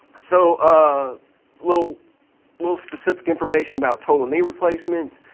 so a little little specific information about total knee replacements.